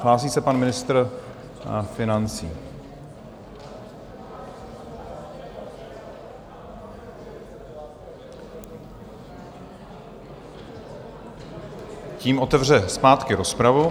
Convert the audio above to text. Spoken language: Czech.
Hlásí se pan ministr financí, tím otevře zpátky rozpravu.